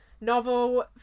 novel